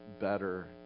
better